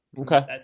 Okay